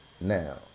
Now